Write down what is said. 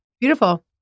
Beautiful